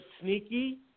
sneaky